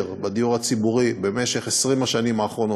בדיור הציבורי במשך 20 השנים האחרונות,